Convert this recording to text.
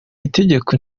itegeko